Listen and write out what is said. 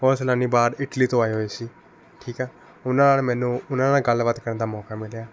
ਉਹ ਸੈਲਾਨੀ ਬਾਹਰ ਇਟਲੀ ਤੋਂ ਆਏ ਹੋਏ ਸੀ ਠੀਕ ਹੈ ਉਨ੍ਹਾਂ ਨਾਲ ਮੈਨੂੰ ਉਨ੍ਹਾਂ ਨਾਲ ਮੈਨੂੰ ਗੱਲਬਾਤ ਕਰਨ ਦਾ ਮੌਕਾ ਮਿਲਿਆ